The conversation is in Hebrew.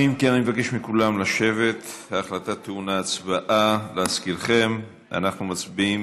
מבקש ממליאת הכנסת לפצל את זה כדי שנקיים את הדיון באופן מסודר